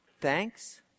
thanks